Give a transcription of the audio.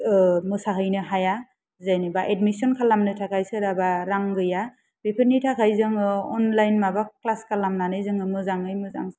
मोसाहैनो हाया जेनेबा एडमिसन खालामनो थाखाय सोरहाबा रां गैया बेफोरनि थाखाय जोङो अनलाइन माबा क्लास खालामनानै जोङो मोजाङै मोजां